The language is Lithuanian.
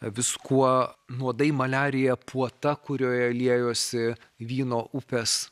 viskuo nuodai maliarija puota kurioje liejosi vyno upės